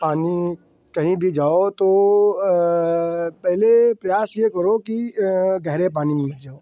पानी कहीं भी जाओ तो पहले प्रयास यह करो कि गहरे पानी में मत जाओ